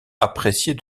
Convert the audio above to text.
appréciée